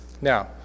Now